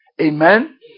Amen